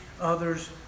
others